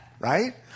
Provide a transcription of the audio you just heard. right